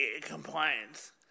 compliance